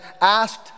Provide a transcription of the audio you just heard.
asked